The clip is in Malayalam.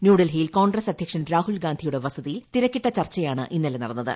ന്യൂഡൽഹിയിൽ ക്ടോൺഗ്രസ് അദ്ധ്യക്ഷൻ രാഹുൽ ഗാന്ധിയുടെ വസതിയിൽ തിരക്കിട്ടു ചർച്ചയാണ് ഇന്നലെ നടന്നത്